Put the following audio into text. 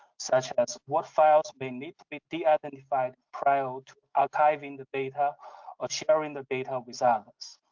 such as what files may need to be deidentified prior to archiving the data or sharing the data results.